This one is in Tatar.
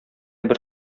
бер